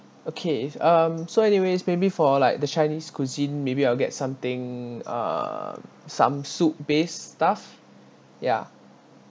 okay um so anyways maybe for like the chinese cuisine maybe I'll get something uh some soup base stuff ya